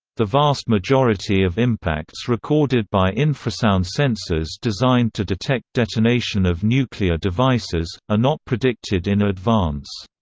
the vast majority of impacts recorded by infrasound sensors designed to detect detonation of nuclear devices are not predicted in advance.